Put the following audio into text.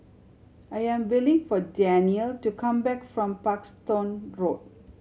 I am willing for Danniel to come back from Parkstone Road